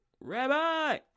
Rabbi